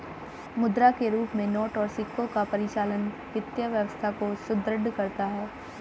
मुद्रा के रूप में नोट और सिक्कों का परिचालन वित्तीय व्यवस्था को सुदृढ़ करता है